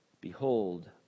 Behold